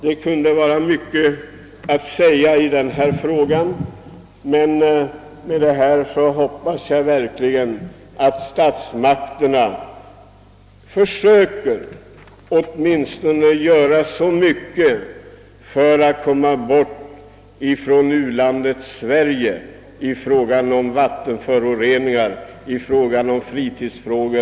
Det kunde finnas mycket att säga i denna fråga, men jag hoppas att jag med detta skall få statsmakterna att göra åtminstone så mycket att vi inte längre förtjänar beteckningen u-landet Sverige när det gäller vattenföroreningar och fritidsområden.